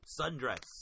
Sundress